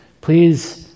please